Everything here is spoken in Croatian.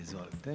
Izvolite.